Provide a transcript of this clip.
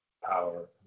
Power